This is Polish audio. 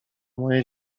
moje